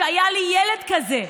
היה לי ילד כזה,